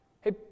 Hey